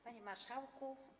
Panie Marszałku!